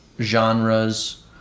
genres